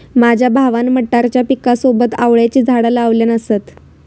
माझ्या भावान मटारच्या पिकासोबत आवळ्याची झाडा लावल्यान असत